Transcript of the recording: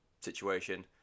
situation